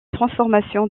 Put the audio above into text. transformation